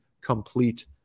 complete